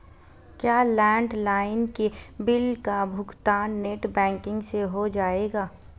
क्या लैंडलाइन के बिल का भुगतान नेट बैंकिंग से हो जाएगा?